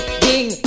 ding